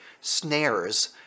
snares